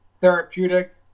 therapeutic